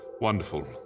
wonderful